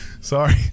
Sorry